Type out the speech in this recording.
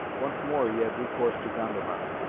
once more he had recourse to gondomar,